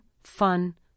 fun